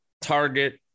target